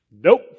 Nope